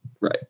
Right